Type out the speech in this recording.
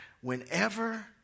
Whenever